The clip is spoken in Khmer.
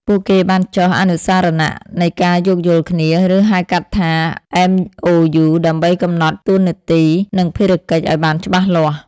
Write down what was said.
ពួកគេបានចុះអនុស្សរណៈនៃការយោគយល់គ្នា ឬ ហៅកាត់ថា MOU ដើម្បីកំណត់តួនាទី និងភារកិច្ចឱ្យបានច្បាស់លាស់។